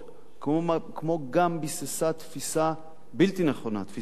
כמו גם ביססה תפיסה בלתי נכונה, תפיסה מוטעית,